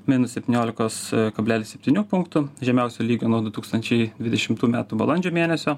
minus septyniolikos kablelis septynių punktų žemiausio lygio nuo du tūkstančiai dvidešimtų metų balandžio mėnesio